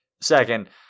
Second